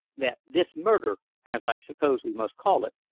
that this murder, as i suppose we must call it,